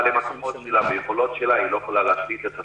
אבל עם היכולות שלה היא לא יכולה להשליט את הסדר.